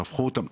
והפכו אותם,